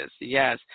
Yes